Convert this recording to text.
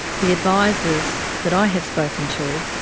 the advisers that i have spoken to,